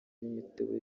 imitobe